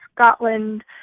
Scotland